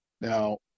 Now